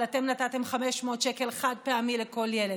אבל אתם נתתם 500 שקל חד-פעמי לכל ילד.